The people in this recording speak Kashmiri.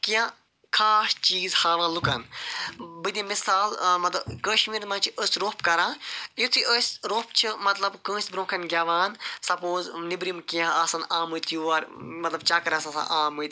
کیٚنٛہہ خاص چیٖز ہاوان لوٗکن بہٕ دِم مثال ٲں مطلب کشمیٖرَس منٛز چھِ أسۍ روٚف کران یتھٕے أسۍ روٚف چھِ مطلب کٲنسہِ برٛونٛہہ کٔنۍ گیٚوان سپوز نیٚبرِم کیٚنٛہہ آسَن آمٕتۍ یور مطلب چکرس آسَن آمٕتۍ